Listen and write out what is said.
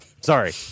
Sorry